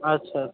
আচ্ছা